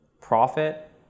profit